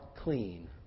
clean